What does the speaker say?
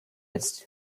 jetzt